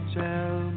tell